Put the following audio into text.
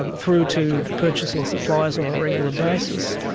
um through to purchasing supplies on a regular basis,